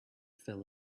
fell